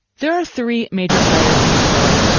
there are three major players in the story.